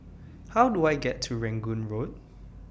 How Do I get to Rangoon Road